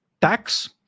tax